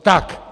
Tak.